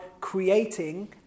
creating